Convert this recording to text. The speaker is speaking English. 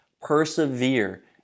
Persevere